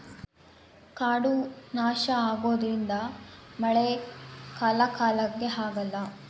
ಕಾಡು ನಾಶ ಆಗೋದ್ರಿಂದ ಮಳೆ ಕಾಲ ಕಾಲಕ್ಕೆ ಆಗಲ್ಲ